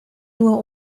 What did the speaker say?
nur